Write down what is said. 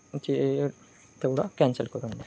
चे तेवढा कॅन्सल करून द्या